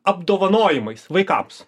apdovanojimais vaikams